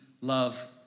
love